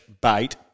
bait